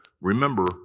Remember